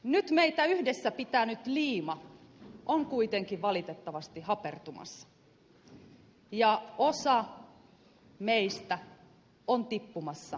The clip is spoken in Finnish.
nyt meitä yhdessä pitänyt liima on kuitenkin valitettavasti hapertumassa ja osa meistä on tippumassa veneen kyydistä